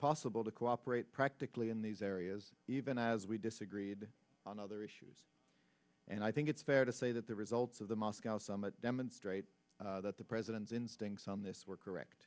possible to cooperate practically in these areas even as we disagreed on other issues and i think it's fair to say that the results of the moscow summit demonstrate that the president's instincts on this were correct